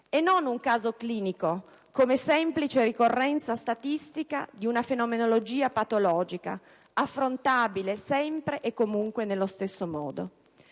e non un caso clinico come semplice ricorrenza statistica di una fenomenologia patologica, affrontabile sempre e comunque nello stesso modo.